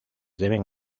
deben